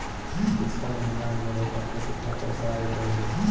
पिछले महिना में मेरा अकाउंट में केतना पैसा अइलेय हे?